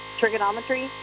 Trigonometry